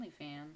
OnlyFans